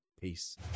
Peace